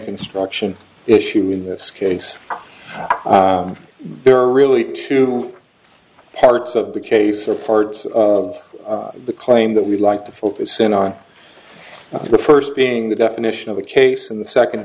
construction issue in this case there are really two parts of the case or parts of the claim that we'd like to focus in on the first being the definition of a case and the second